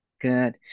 Good